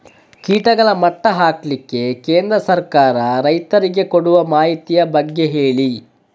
ಕೀಟಗಳ ಮಟ್ಟ ಹಾಕ್ಲಿಕ್ಕೆ ಕೇಂದ್ರ ಸರ್ಕಾರ ರೈತರಿಗೆ ಕೊಡುವ ಮಾಹಿತಿಯ ಬಗ್ಗೆ ಹೇಳಿ